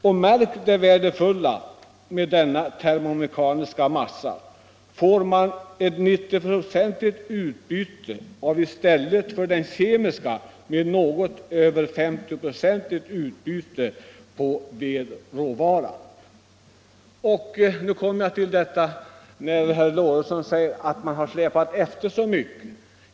Och märk det värdefulla, att med denna termomekaniska massa får man 95-procentigt utbyte, vilket skall jämföras med endast 50-procentigt utbyte av vedråvaran för den kemiska massan. Herr Lorentzon säger att vi har släpat efter så mycket.